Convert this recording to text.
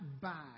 back